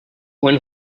when